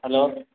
hello